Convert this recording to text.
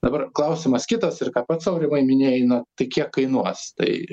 dabar klausimas kitas ir ką pats aurimai minėjai na tai kiek kainuos tai